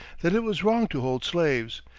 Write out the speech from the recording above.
that it was wrong to hold slaves,